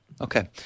Okay